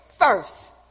first